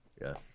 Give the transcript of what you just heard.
Yes